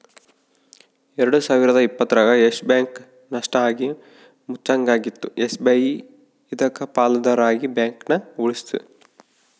ಎಲ್ಡು ಸಾವಿರದ ಇಪ್ಪತ್ತರಾಗ ಯಸ್ ಬ್ಯಾಂಕ್ ನಷ್ಟ ಆಗಿ ಮುಚ್ಚಂಗಾಗಿತ್ತು ಎಸ್.ಬಿ.ಐ ಇದಕ್ಕ ಪಾಲುದಾರ ಆಗಿ ಬ್ಯಾಂಕನ ಉಳಿಸ್ತಿ